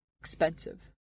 Expensive